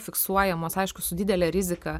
fiksuojamos aišku su didele rizika